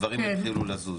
דברים יתחילו לזוז.